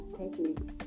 techniques